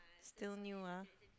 still new ah